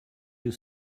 you